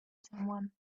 someone